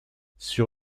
sur